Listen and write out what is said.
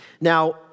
Now